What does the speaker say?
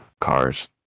cars